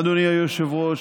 אדוני היושב-ראש,